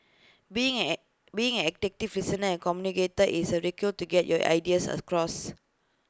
being an being an effective listener and communicator is A re cure to get your ideas across